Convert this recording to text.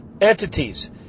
entities